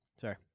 Sorry